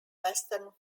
western